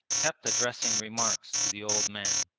kept addressing remarks to the old man.